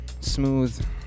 smooth